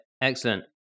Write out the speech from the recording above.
excellent